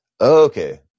okay